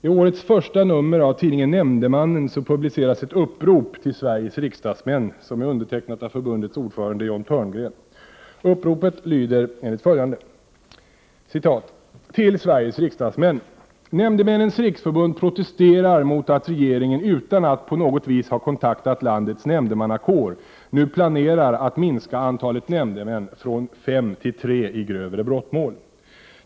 I årets första nummer av tidningen ”Nämndemannen” publiceras ett upprop till Sveriges riksdagsmän som är undertecknat av förbundets ordförande John Thörngren. Uppropet lyder enligt följande. ”Till Sveriges riksdagsmän! Nämndemännens riksförbund protesterar mot att regeringen utan att på något vis ha kontaktat landets nämndemannakår nu planerar att minska antalet nämndemän från fem till tre i grövre brottmål.